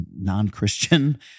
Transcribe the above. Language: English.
non-Christian